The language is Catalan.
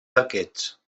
arquets